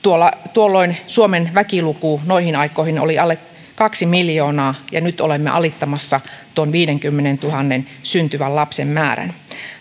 tuolloin suomen väkiluku oli alle kaksi miljoonaa ja nyt olemme alittamassa tuon viidenkymmenentuhannen syntyvän lapsen määrän